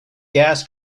gas